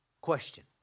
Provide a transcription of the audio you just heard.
question